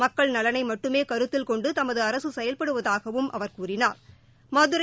மக்கள் நலனை மட்டுமே கருத்தில் கொண்டு தமது அரசு செயல்படுவதாகவும் அவா் கூறினாா்